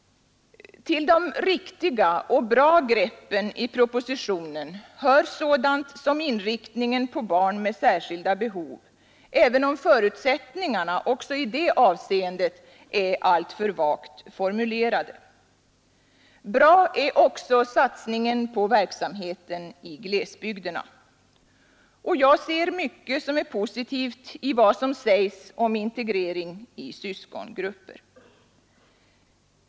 Till de riktiga och bra greppen i propositionen hör sådant som inriktningen på barn med särskilda behov, även om förutsättningarna också i det avseendet är alltför vagt formulerade. Bra är också satsningen på verksamheten i glesbygderna. Och jag ser mycket som är positivt i vad som sägs om integrering i syskongrupper.